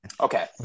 okay